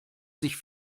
sich